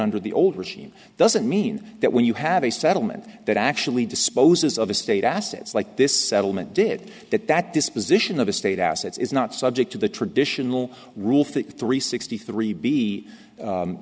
under the old regime doesn't mean that when you have a settlement that actually disposes of estate assets like this settlement did that that disposition of estate assets is not subject to the traditional rule think three sixty three b